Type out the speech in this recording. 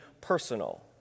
personal